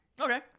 Okay